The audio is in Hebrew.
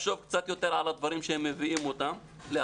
לחשוב קצת יותר על הדברים שהם מביאים להצבעה